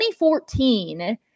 2014